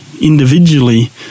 individually